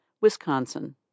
Wisconsin